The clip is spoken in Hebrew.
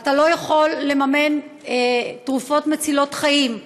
ואתה לא יכול לממן תרופות מצילות חיים,